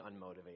unmotivated